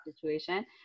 situation